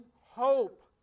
hope